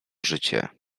życie